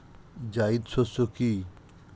জায়িদ শস্য কি?